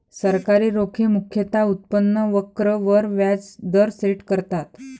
सरकारी रोखे मुख्यतः उत्पन्न वक्र वर व्याज दर सेट करतात